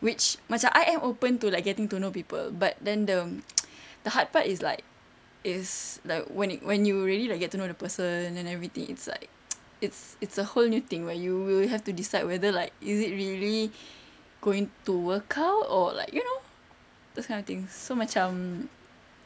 which macam I am open to like getting to know people but then the the hard part is like is like when you when you really get to know the person and everything it's like it's it's a whole new thing where you will have to decide whether like is it really going to work out or like you know those kind of thing so macam